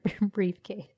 briefcase